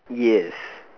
yes